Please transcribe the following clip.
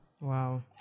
Wow